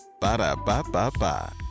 ba-da-ba-ba-ba